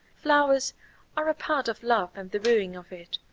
flowers are a part of love and the wooing of it,